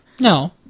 No